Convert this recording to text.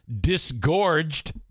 disgorged